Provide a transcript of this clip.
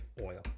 oil